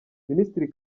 minisitiri